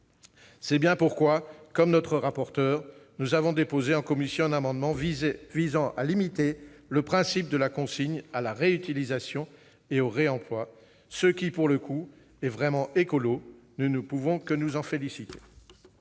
C'est bien pourquoi, comme notre rapporteure, nous avons déposé en commission un amendement visant à limiter le principe de la consigne à la réutilisation et au réemploi, ce qui, pour le coup, est vraiment écolo ! Nous ne pouvons que nous en féliciter.